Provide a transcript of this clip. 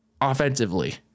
offensively